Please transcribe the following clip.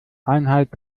einheit